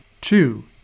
Two